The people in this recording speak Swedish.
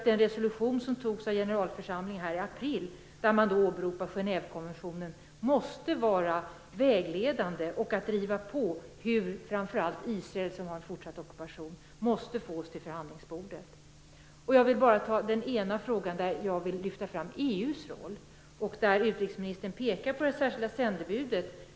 Den resolution som antogs av generalförsamlingen i april och där Genèvekonventionen åberopas måste enligt min mening vara vägledande. Det gäller att driva på framför allt Israel, med tanke på dess fortsatta ockupation, därför att Israel måste fås till förhandlingsbordet. En fråga som jag velat lyfta fram handlar om EU:s roll. Utrikesministern pekar på det särskilda sändebudet.